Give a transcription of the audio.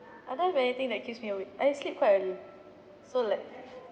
I don't have anything that keeps me awake I sleep quite early so like